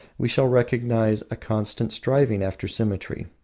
we shall recognize a constant striving after symmetry.